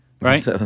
right